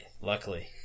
Luckily